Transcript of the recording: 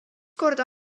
korda